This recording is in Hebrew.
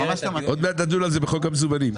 עוד מעט נדון על זה בחוק המזומנים,